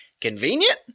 Convenient